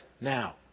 now